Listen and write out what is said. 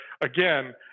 again